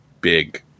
big